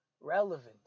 relevant